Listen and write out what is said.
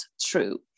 true